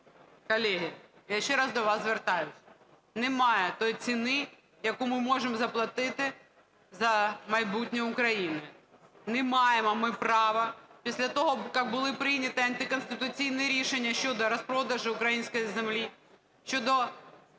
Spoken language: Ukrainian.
Колеги, я ще раз до вас звертаюся, немає тої ціни, яку ми можемо заплатити за майбутнє України. Не маємо ми права після того, як були прийняті антиконституційні рішення щодо розпродажу української землі, щодо